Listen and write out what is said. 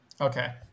Okay